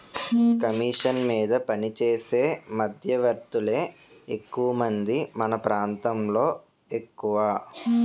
commission మీద పనిచేసే మధ్యవర్తులే ఎక్కువమంది మన ప్రాంతంలో ఎక్కువ